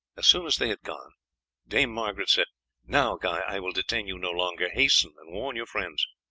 as soon as they had gone dame margaret said now, guy, i will detain you no longer hasten and warn your friends.